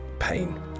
pain